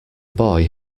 boy